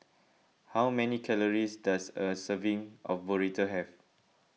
how many calories does a serving of Burrito have